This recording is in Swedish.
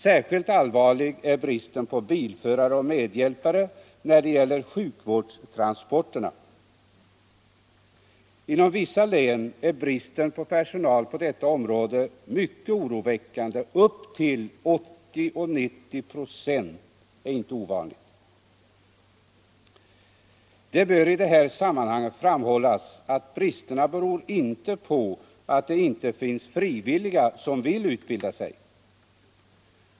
Särskilt allvarlig är bristen på bilförare och medhjälpare när det gäller sjukvårdstransporterna. Inom vissa län är bristen på personal på detta område mycket oroväckande, upp till 80-90 24 är inte ovanligt. Det bör i detta sammanhang framhållas att bristerna beror inte på att det inte finns frivilliga som vill utbilda sig.